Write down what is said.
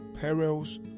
perils